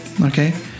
Okay